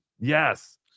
Yes